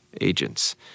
agents